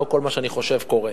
לא כל מה שאני חושב קורה.